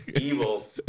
Evil